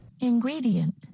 Ingredient